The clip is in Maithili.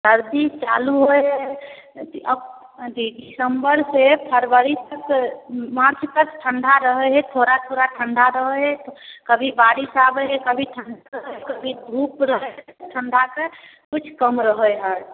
सरदी चालू होइ हइ अथी अक अथी दिसम्बरसँ फरवरी तक मार्च तक ठण्डा रहै हइ थोड़ा थोड़ा ठण्डा रहै हइ कभी बारिश आबै हइ कभी ठण्डा कभी धूप रहै ठण्डाके किछु कम रहै हइ